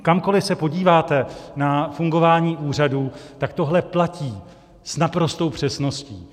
Kamkoli se podíváte na fungování úřadu, tak tohle platí s naprostou přesností.